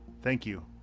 thank you.